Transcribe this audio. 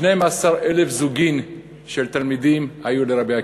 שנים עשר אלף זוגין של תלמידים היו לרבי עקיבא,